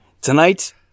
Tonight